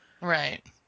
Right